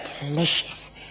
delicious